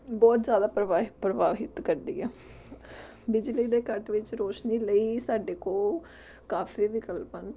ਬਹੁਤ ਜ਼ਿਆਦਾ ਪ੍ਰਭਾਵਿਤ ਕਰਦੀ ਆ ਬਿਜਲੀ ਦੇ ਕੱਟ ਵਿੱਚ ਰੋਸ਼ਨੀ ਲਈ ਸਾਡੇ ਕੋਲ ਕਾਫ਼ੀ ਵਿਕਲਪ ਹਨ